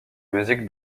musique